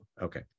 Okay